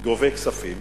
גובי כספים,